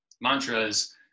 mantras